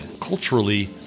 Culturally